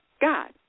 God